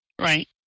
Right